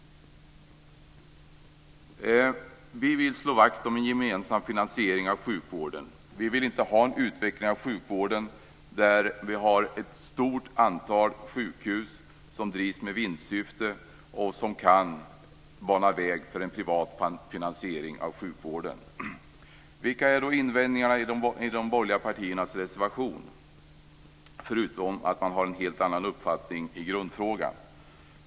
Vi vill slå vakt om en gemensam finansiering av sjukvården. Vi vill inte ha en utveckling av sjukvården där vi har ett stort antal sjukhus som drivs med vinstsyfte och som kan bana väg för en privat finansiering av sjukvården. Vilka är då invändningarna i de borgerliga partiernas reservation, förutom att man har en helt annan uppfattning i grundfrågan?